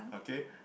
okay